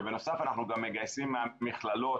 ובנוסף, אנחנו גם מגייס מהמכללות